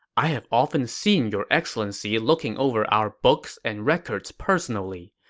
i have often seen your excellency looking over our books and records personally.